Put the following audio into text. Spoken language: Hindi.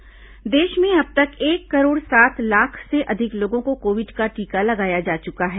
कोरोना समाचार देश में अब तक एक करोड़ सात लाख से अधिक लोगों को कोविड का टीका लगाया जा चुका है